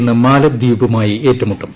ഇന്ന് മാലെദ്വീപുമായി ഏറ്റുമുട്ടും